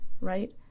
right